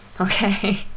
Okay